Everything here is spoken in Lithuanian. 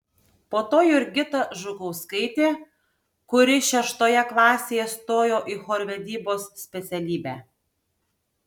po to jurgita žukauskaitė kuri šeštoje klasėje stojo į chorvedybos specialybę